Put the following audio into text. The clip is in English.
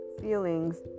feelings